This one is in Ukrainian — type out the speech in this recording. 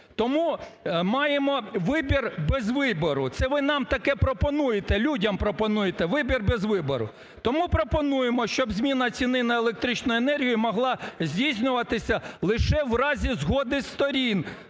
тому маємо вибір без вибору. Це ви нам таке пропонуєте, людям пропонуєте вибір без вибору. Тому пропонуємо, щоб зміна ціни на електричну енергію могла здійснюватися лише в разі згоди сторін,